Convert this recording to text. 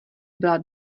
byla